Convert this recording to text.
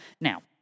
Now